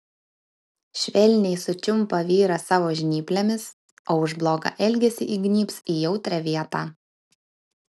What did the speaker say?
švelniai sučiumpa vyrą savo žnyplėmis o už blogą elgesį įgnybs į jautrią vietą